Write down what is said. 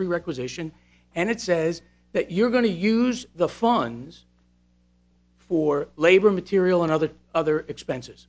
every requisition and it says that you're going to use the funds for labor material and other other expenses